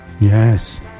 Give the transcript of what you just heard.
Yes